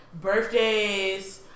birthdays